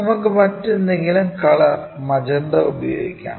നമുക്ക് മറ്റെന്തെങ്കിലും colour magenta ഉപയോഗിക്കാം